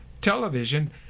television